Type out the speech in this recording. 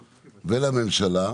ולממשלה,